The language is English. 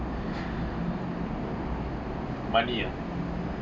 money ah